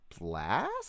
Blast